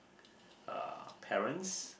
uh parents